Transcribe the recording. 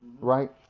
right